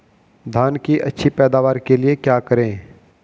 धान की अच्छी पैदावार के लिए क्या करें?